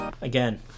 again